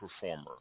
performer